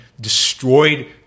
destroyed